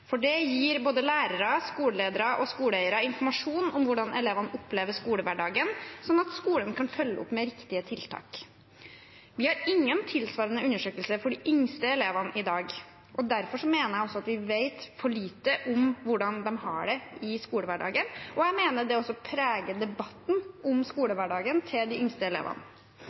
for det gir både lærere, skoleledere og skoleeiere informasjon om hvordan elevene opplever skolehverdagen, sånn at skolen kan følge opp med riktige tiltak. Vi har ingen tilsvarende undersøkelser for de yngste elevene i dag. Derfor mener jeg at vi vet for lite om hvordan de har det i skolehverdagen, og jeg mener det også preger debatten om skolehverdagen til de yngste elevene.